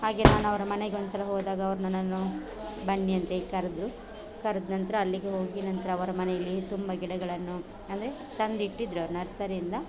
ಹಾಗೇ ನಾನು ಅವರ ಮನೆಗೆ ಒಂದುಸಲ ಹೋದಾಗ ಅವ್ರು ನನ್ನನ್ನು ಬನ್ನಿ ಅಂತ್ಹೇಳಿ ಕರೆದ್ರು ಕರ್ದ ನಂತರ ಅಲ್ಲಿಗೆ ಹೋಗಿ ನಂತರ ಅವರ ಮನೆಯಲ್ಲಿ ತುಂಬ ಗಿಡಗಳನ್ನು ಅಂದರೆ ತಂದಿಟ್ಟಿದ್ದರು ಅವ್ರು ನರ್ಸರಿಯಿಂದ